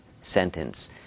sentence